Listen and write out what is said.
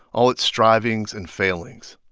all its strivings and failings.